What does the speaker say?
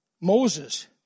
Moses